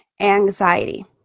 anxiety